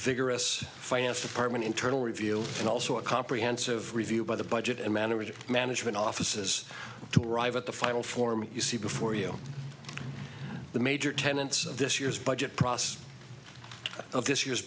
vigorous finance department internal review and also a comprehensive review by the budget and manager management offices to arrive at the final form you see before you the major tenets of this year's budget process of this year's